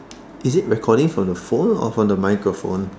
is it recording from the phone or from the microphone